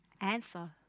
answer